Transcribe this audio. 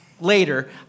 later